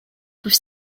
with